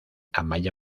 amaia